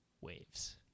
waves